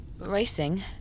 Racing